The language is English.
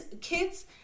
Kids